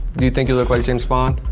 do you think you look like james bond?